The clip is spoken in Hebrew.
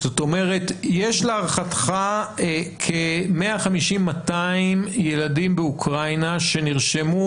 זאת אומרת יש להערכתך כ-200-150 ילדים באוקראינה שנרשמו,